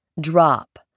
drop